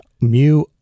mu